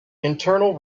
internal